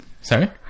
Sorry